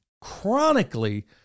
chronically